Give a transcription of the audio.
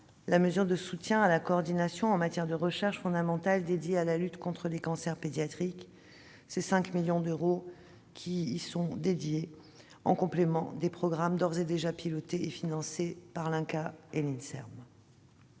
la mesure de soutien à la coordination en matière de recherche fondamentale dédiée à la lutte contre les cancers pédiatriques. Ce sont 5 millions d'euros qui seront dédiés à ce dispositif en complément des programmes d'ores et déjà pilotés et financés par l'INCa et l'Inserm.